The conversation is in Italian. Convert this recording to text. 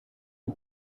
può